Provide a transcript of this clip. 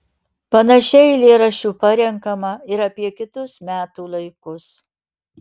panašiai eilėraščių parenkama ir apie kitus metų laikus